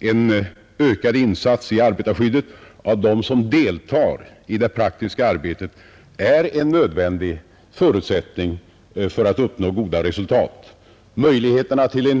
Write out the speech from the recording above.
En ökad insats i arbetarskyddet från dem som deltar i det praktiska arbetet är en nödvändig förutsättning för att uppnå goda resultat. Möjligheterna till en